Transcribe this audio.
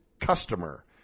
customer